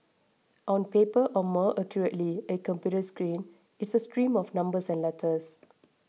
on paper or more accurately a computer screen it's a stream of numbers and letters